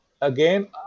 again